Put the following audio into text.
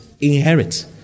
inherit